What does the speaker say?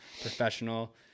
professional